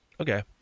Okay